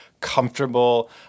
comfortable